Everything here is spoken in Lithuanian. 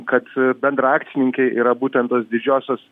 kad bendra akcininkai yra būtent tos didžiosios